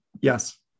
Yes